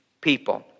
people